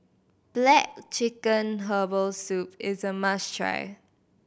black chicken herbal soup is a must try